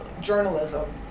journalism